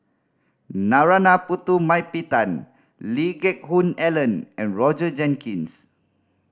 Narana Putumaippittan Lee Geck Hoon Ellen and Roger Jenkins